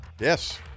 Yes